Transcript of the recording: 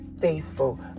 faithful